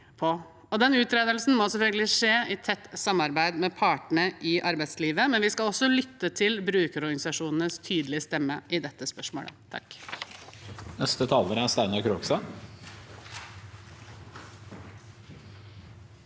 Den utredningen må selvfølgelig skje i tett samarbeid med partene i arbeidslivet, men vi skal også lytte til brukerorganisasjonenes tydelige stemme i dette spørsmålet.